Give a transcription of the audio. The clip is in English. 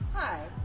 Hi